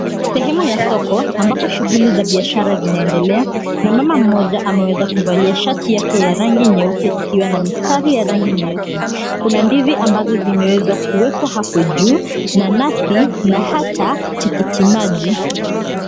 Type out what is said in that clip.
Sehemu ya soko ambapo shughuli za biashara zinaendelea na mama mmoja ameweza kuvalia shati yake ya rangi nyeupe ikiwa na mistari ya rangi nyeusi. Kuna ndizi ambazo zimeweza kuwekwa hapo juu, nanasi na hata tikitiki maji.